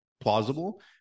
plausible